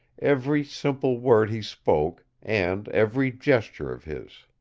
every simple word he spoke and every gesture of his.